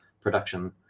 production